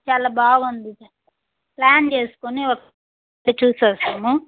చాలా బాగుంది ప్లాన్ చేసుకుని ఒకసారి చూసి వద్దాము